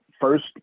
first